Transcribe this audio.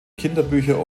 kinderbücher